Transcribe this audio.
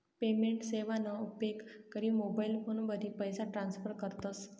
payment सेवाना उपेग करी मोबाईल फोनवरी पैसा ट्रान्स्फर करतस